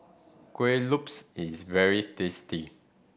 Kuih Lopes is very tasty